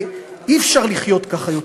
ואי-אפשר לחיות ככה יותר.